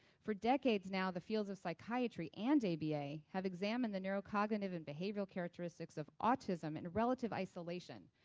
for decades now, the fields of psychiatry and aba have examined the neurocognitive and behavioral characteristics of autism in relative isolation,